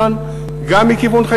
גם מכיוון בית-שאן,